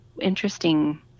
interesting